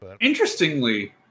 interestingly